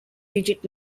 digit